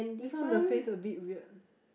this one the face a bit weird